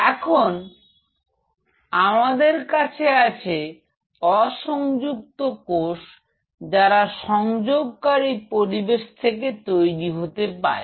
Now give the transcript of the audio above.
এখন আমাদের কাছে আছে অসংযুক্ত কোষ যারা সংযোগকারী পরিবেশ থেকে তৈরি হতে পারে